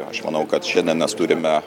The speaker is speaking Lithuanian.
aš manau kad šiandien mes turime